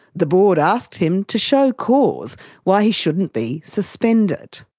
the board asked him to show cause why he shouldn't be suspended.